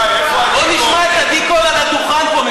בואו נשמע את עדי קול על הדוכן פה,